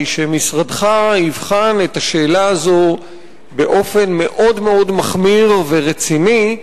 בקשתי היא שמשרדך יבחן את השאלה הזאת באופן מאוד מאוד מחמיר ורציני,